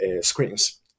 screens